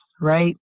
right